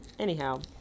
Anyhow